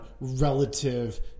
relative